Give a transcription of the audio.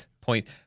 point